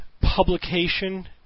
publication